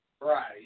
Right